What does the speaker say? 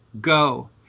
go